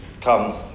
come